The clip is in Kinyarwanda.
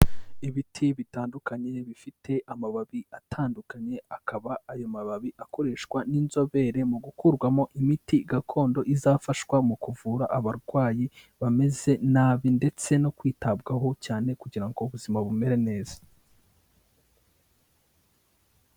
Ibiti bitandukanye bifite amababi atandukanye, akaba ayo mababi akoreshwa n'inzobere mu gukurwamo imiti gakondo, izafashwa mu kuvura abarwayi bameze nabi ndetse no kwitabwaho cyane kugira ngo ubuzima bumere neza.